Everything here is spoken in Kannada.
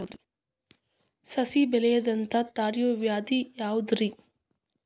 ಸಸಿ ಬೆಳೆಯದಂತ ತಡಿಯೋ ವ್ಯಾಧಿ ಯಾವುದು ರಿ?